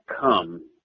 come